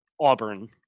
Auburn